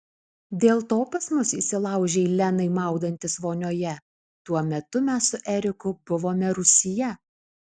dėl to pas mus įsilaužei lenai maudantis vonioje tuo metu mes su eriku buvome rūsyje